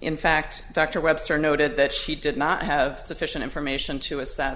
in fact dr webster noted that she did not have sufficient information to assess